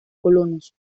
colonos